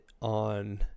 on